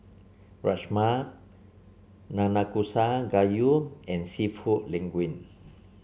Rajma Nanakusa Gayu and seafood Linguine